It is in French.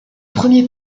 premier